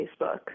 Facebook